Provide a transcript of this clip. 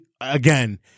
Again